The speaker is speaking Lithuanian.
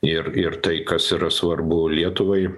ir ir tai kas yra svarbu lietuvai